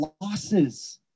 losses